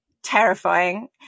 terrifying